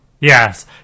Yes